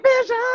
vision